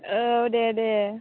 औ दे दे